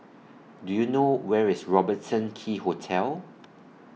Do YOU know Where IS Robertson Quay Hotel